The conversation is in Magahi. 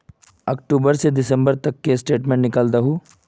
अक्टूबर से दिसंबर तक की स्टेटमेंट निकल दाहू?